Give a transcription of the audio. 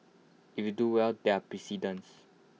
if you do well there are precedents